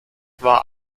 war